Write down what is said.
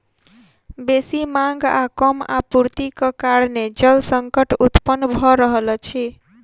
बेसी मांग आ कम आपूर्तिक कारणेँ जल संकट उत्पन्न भ रहल अछि